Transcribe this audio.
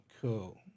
Cool